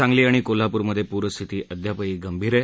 सांगली आणि कोल्हापूर मध्ये पूरस्थिती अद्यापही गंभीर आहे